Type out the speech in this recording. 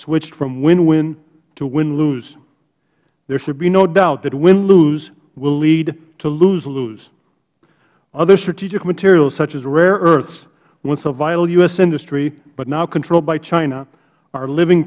switched from winwin to winlose there should be no doubt that winlose will lead to loselose other strategic materials such as rare earths once a vital u s industry but now controlled by china are living